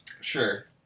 Sure